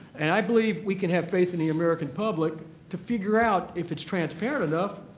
and i believe we can have faith in the american public to figure out, if it's transparent enough,